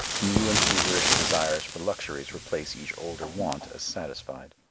new and feverish desires for luxuries replace each older want as satisfied.